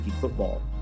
football